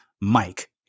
Mike